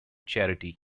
charity